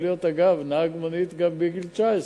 יכול להיות נהג מונית גם בגיל 19,